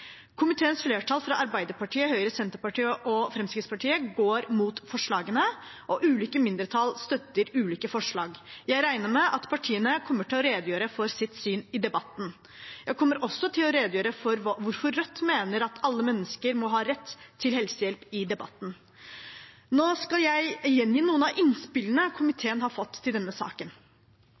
Komiteens flertall fra Arbeiderpartiet, Høyre, Senterpartiet og Fremskrittspartiet går mot forslagene, og ulike mindretall støtter ulike forslag. Jeg regner med at partiene kommer til å redegjøre for sitt syn i debatten. Jeg kommer i debatten også til å redegjøre for hvorfor Rødt mener at alle mennesker må ha rett til helsehjelp. Nå skal jeg gjengi noen av innspillene komiteen har fått til denne saken: